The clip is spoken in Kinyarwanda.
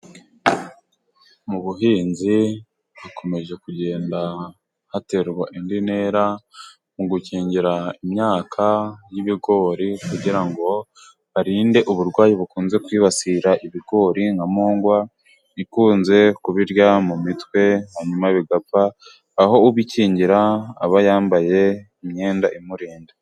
Mu buhinzi hakomeje kugenda haterwa indi ntera mu gukingira imyaka y'ibigori kugira ngo barinde uburwayi bukunze kwibasira ibigori nka mongwa ikunze kubirya mu mitwe hanyuma bigapfa aho ubikingira aba yambaye imyenda imurinda.